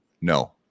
No